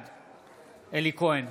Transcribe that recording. בעד אלי כהן,